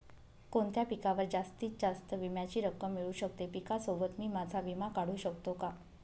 कोणत्या पिकावर जास्तीत जास्त विम्याची रक्कम मिळू शकते? पिकासोबत मी माझा विमा काढू शकतो का?